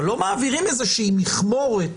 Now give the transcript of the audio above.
אבל לא מעבירים איזושהי מכמורת